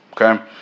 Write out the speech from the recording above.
okay